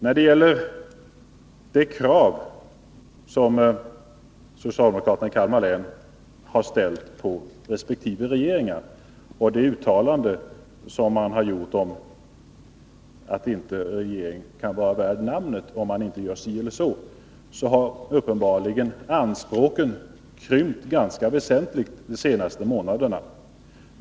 När det gäller de krav som socialdemokraterna i Kalmar län har ställt på resp. regeringar och det uttalande som de gjort om att en regering inte kan vara värd namnet om den inte gör si eller så har uppenbarligen anspråken krympt ganska väsentligt de senaste månaderna.